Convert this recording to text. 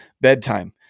bedtime